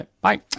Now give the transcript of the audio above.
Bye